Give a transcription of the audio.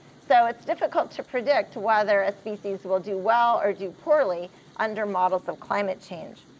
so it's difficult to predict whether a species will do well or do poorly under models of climate change.